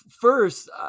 first